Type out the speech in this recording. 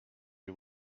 you